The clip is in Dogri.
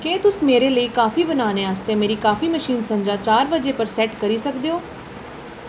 केह् तुस मेरे लेई काफी बनाने आस्तै मेरी काफी मशीन स'ञां चार बजे पर सैट करी सकदे ओ